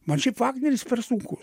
mat šiaip vagneris per sunkus